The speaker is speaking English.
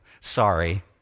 sorry